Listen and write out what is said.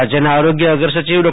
રાજયના આરોગ્ય અગ્રસચિવ ડો